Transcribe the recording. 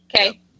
Okay